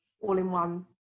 all-in-one